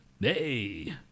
Hey